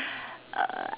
uh